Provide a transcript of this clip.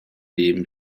leben